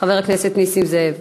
חבר הכנסת נסים זאב.